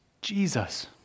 Jesus